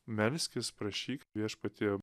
melskis prašyk viešpatie